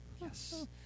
Yes